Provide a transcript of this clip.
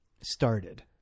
started